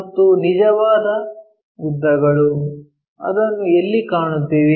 ಮತ್ತು ನಿಜವಾದ ಉದ್ದಗಳು ಅದನ್ನು ಎಲ್ಲಿ ಕಾಣುತ್ತೇವೆ